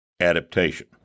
adaptation